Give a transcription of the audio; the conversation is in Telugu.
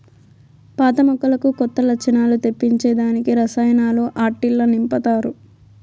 పాత మొక్కలకు కొత్త లచ్చణాలు తెప్పించే దానికి రసాయనాలు ఆట్టిల్ల నింపతారు